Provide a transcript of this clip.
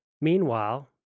Meanwhile